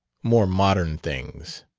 more modern things.